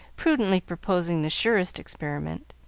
prudently proposing the surest experiment.